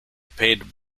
paid